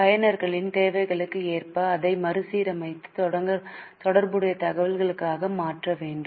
பயனரின் தேவைகளுக்கு ஏற்ப அதை மறுசீரமைத்து தொடர்புடைய தகவல்களாக மாற்ற வேண்டும்